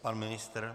Pan ministr?